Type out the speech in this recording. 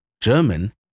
German